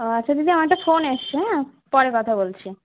ও আচ্ছা দিদি আমার একটা ফোন এসেছে হ্যাঁ পরে কথা বলছি